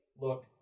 look